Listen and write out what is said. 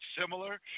similar